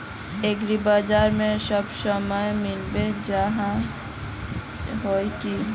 एग्रीबाजार में सब सामान मिलबे जाय है की?